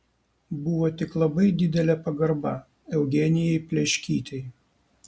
buvo tik labai didelė pagarba eugenijai pleškytei